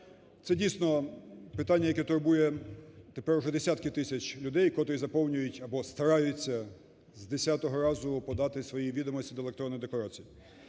Це дійсно питання, яке турбує тепер уже десятки тисяч людей, котрі заповнюють або стараються з 10 разу подати свої відомості до електронної декларації.